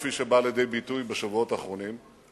כפי שבאה לידי ביטוי בשבועות האחרונים,